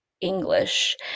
English